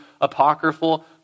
apocryphal